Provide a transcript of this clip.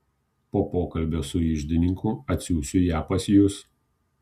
po pokalbio su iždininku atsiųsiu ją pas jus